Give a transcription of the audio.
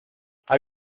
hay